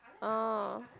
oh